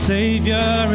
Savior